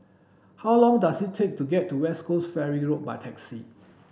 how long does it take to get to West Coast Ferry Road by taxi